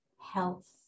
health